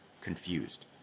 confused